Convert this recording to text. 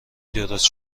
درست